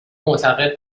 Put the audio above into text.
معتقد